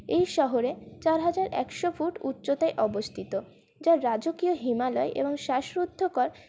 এই শহরে চার হাজার একশো ফুট উচ্চতায় অবস্থিত যার রাজকীয় হিমালয় এবং শ্বাসরুদ্ধকর